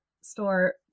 store